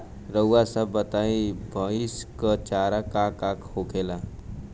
रउआ सभ बताई भईस क चारा का का होखेला?